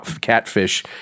catfish